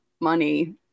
money